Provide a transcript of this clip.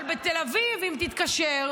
אבל בתל אביב אם תתקשר,